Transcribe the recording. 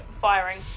firing